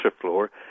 floor